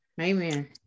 amen